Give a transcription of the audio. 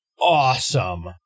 awesome